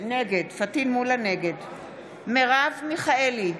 נגד מרב מיכאלי,